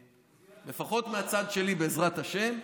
ולפחות מהצד שלי, בעזרת השם,